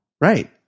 Right